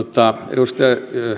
edustaja